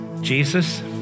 Jesus